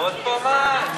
עוד פעם את?